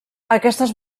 aquestes